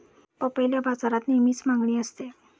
पपईला बाजारात नेहमीच मागणी असते